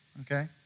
Okay